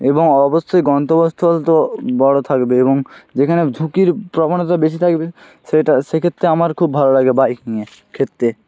এবং অবশ্যই গন্তব্যস্থল তো বড় থাকবে এবং যেখানে ঝুঁকির প্রবণতা বেশি থাকবে সেটা সেক্ষেত্রে আমার খুব ভালো লাগবে বাইক নিয়ে ক্ষেত্রে